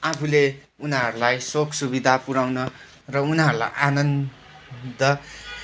आफूले उनीहरूलाई सोख सुविधा पुर्याउन र उनीहरूलाई आनन्द